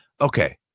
okay